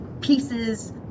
pieces